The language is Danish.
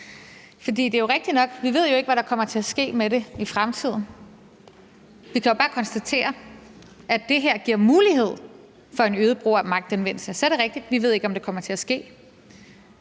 at vi ikke ved, hvad der kommer til at ske med det i fremtiden. Vi kan jo bare konstatere, at det her giver mulighed for en øget brug af magtanvendelse. Så er det rigtigt, at vi ikke ved, om det kommer til at ske,